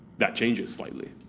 that changes slightly.